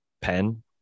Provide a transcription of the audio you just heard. pen